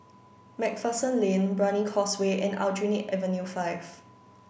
MacPherson Lane Brani Causeway and Aljunied Avenue five